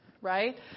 right